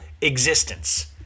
existence